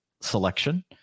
selection